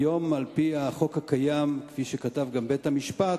היום, על-פי החוק הקיים, כפי שכתב גם בית-המשפט,